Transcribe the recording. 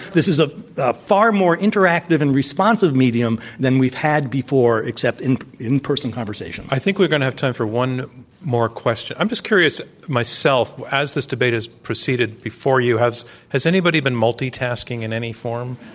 this is a far more interactive and responsive medium than we've had before, except in in person conversation. i think we're going to have time for one more question. i'm just curious myself, as this debate has proceeded before you, has anybody been multitasking in any form?